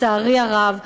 לצערי הרב.